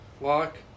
lock